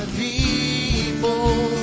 people